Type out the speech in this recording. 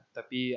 Tapi